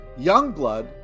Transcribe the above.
Youngblood